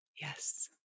Yes